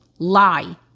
Lie